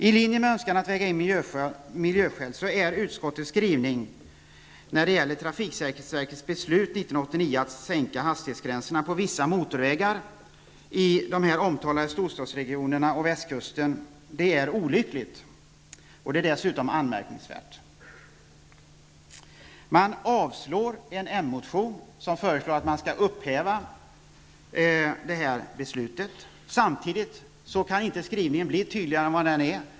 I linje med önskan att väga in miljöskäl, är utskottets skrivning när det gäller trafiksäkerhetsverkets beslut 1989 att sänka hastighetsgränserna på vissa motorvägar i de omtalade storstadsregionerna och på västkusten olycklig och anmärkningsvärd. En motion från moderaterna där det föreslås att beslutet skall upphävas avstyrks. Samtidigt kan skrivningen inte bli tydligare än vad den är.